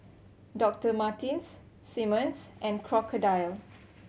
Doctor Martens Simmons and Crocodile